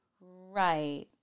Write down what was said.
Right